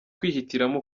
kwihitiramo